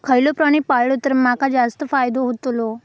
खयचो प्राणी पाळलो तर माका जास्त फायदो होतोलो?